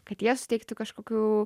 kad jie suteikti kažkokių